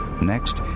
Next